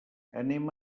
anem